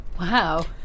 Wow